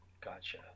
Gotcha